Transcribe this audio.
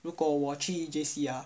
如果我去 J_C ah